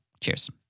Cheers